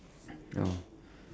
ya